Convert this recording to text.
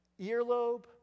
earlobe